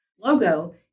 logo